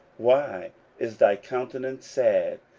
why is thy countenance sad,